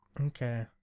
Okay